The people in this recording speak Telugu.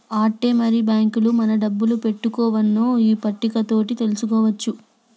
ఆట్టే మరి బాంకుల మన డబ్బులు పెట్టుకోవన్నో ఈ పట్టిక తోటి తెలుసుకోవచ్చునే